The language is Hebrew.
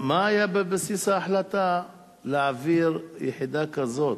מה היה בסיס ההחלטה להעביר יחידה כזאת,